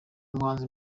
umuhanzi